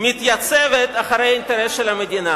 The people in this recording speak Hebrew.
מתייצבת מאחורי אינטרס של המדינה,